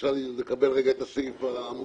אפשר לקבל את הסעיף המוגדר?